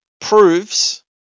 proves